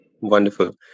Wonderful